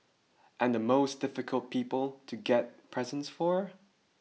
and the most difficult people to get presents for